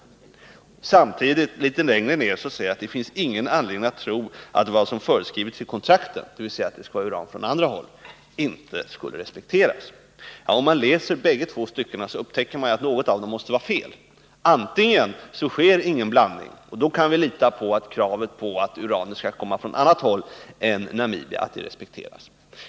Å andra sidan står det, litet längre fram i svaret, att det inte finns någon anledning att tro att vad som föreskrivits i kontraktet, dvs. att det skall vara uran från andra håll, inte skulle respekteras. Om man läser båda dessa stycken upptäcker man att något av dem måste vara felaktigt. Antingen sker ingen blandning, och då kan vi lita på att kravet på att uranet skall komma från annat håll än Namibia respekteras.